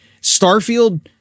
Starfield